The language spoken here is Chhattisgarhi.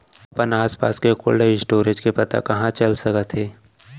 अपन आसपास के कोल्ड स्टोरेज के पता कहाँ चल सकत हे?